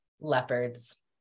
leopards